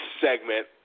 segment